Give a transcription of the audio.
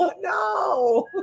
No